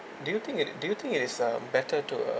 do you think it do you think it is uh better to uh